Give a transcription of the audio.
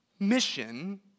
Mission